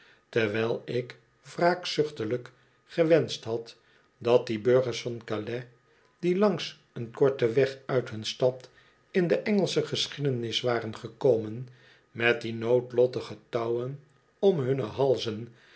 terwijl ik wraakzuchtiglijk gewenscht had dat die burgers van calais die langs oen korten weg uit hun stad in do engelsche geschiedenis waren gekomen met die noodlottige touwen om hunne halzen